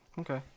Okay